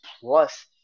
plus